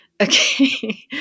Okay